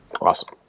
Awesome